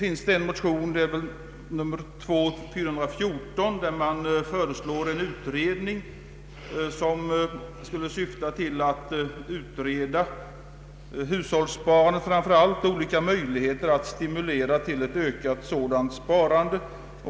I motion nr II: 414 föreslås en utredning om framför allt hushållssparande och olika möjligheter att stimulera ett sådant sparande.